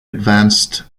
advanced